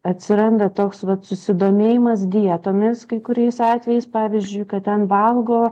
atsiranda toks vat susidomėjimas dietomis kai kuriais atvejais pavyzdžiui kad ten valgo